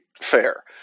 fair